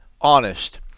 honest